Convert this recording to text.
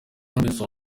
robinson